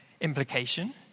Implication